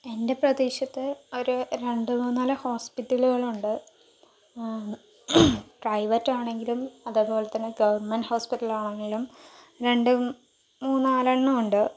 എൻ്റെ പ്രദേശത്ത് ഒരു രണ്ടു മൂന്നാല് ഹോസ്പിറ്റലുകളുണ്ട് പ്രൈവറ്റ് ആണെങ്കിലും അതുപോലെതന്നെ ഗവൺമെൻറ് ഹോസ്പിറ്റലുകളാണെങ്കിലും രണ്ട് മൂന്നാലെണ്ണം ഉണ്ട്